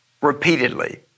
repeatedly